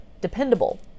dependable